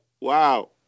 Wow